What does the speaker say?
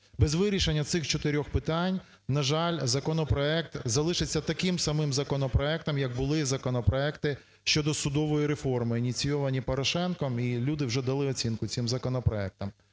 Без вирішення цих чотирьох питань, на жаль, законопроект залишиться таким самим законопроектом, як були законопроекти щодо судової реформи, ініційовані Порошенком, і люди вже дали оцінку цим законопроектам.